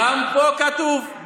גם פה כתוב,